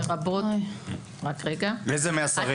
לרבות --- איזה מהשרים?